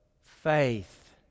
Faith